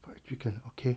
fried chicken okay